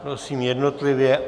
Prosím jednotlivě.